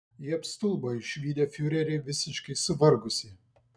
jie apstulbo išvydę fiurerį visiškai suvargusį